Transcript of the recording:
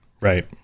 Right